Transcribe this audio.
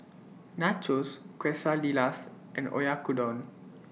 Nachos Quesadillas and Oyakodon